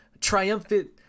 triumphant –